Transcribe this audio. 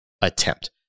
attempt